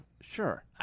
Sure